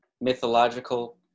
mythological